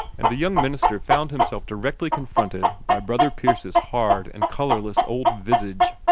and the young minister found himself directly confronted by brother pierce's hard and colorless old visage.